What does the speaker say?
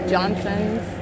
Johnson's